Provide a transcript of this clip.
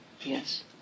Yes